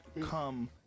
Come